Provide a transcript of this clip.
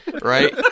right